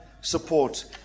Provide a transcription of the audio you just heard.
support